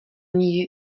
něj